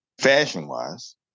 fashion-wise